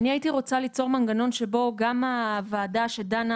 אני הייתי רוצה ליצור מנגנון שבו גם הוועדה שדנה